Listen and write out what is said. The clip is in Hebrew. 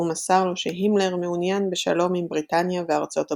ומסר לו שהימלר מעוניין בשלום עם בריטניה וארצות הברית.